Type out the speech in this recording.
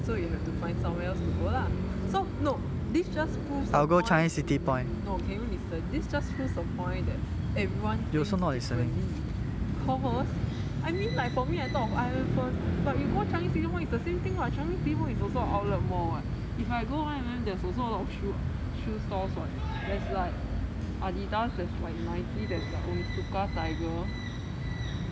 so you have to find somewhere else to go lah so no this just proves the point that can you listen that everyone thinks differently cause I mean like for me I thought of I_M_M first but you go changi city point it's the same thing [what] changi city point is also outlet mall [what] if I go online there's also a lot of shoe stores [what] there's like adidas there's like nike there's like onitsuka tiger